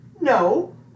No